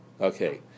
Okay